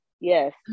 Yes